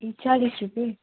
ए चालिस रुपियाँ